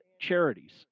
charities